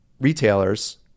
retailers